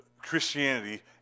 Christianity